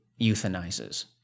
euthanizes